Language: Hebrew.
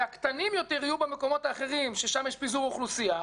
והקטנים יותר יהיו במקומות הקטנים ששם יש פיזור אוכלוסייה.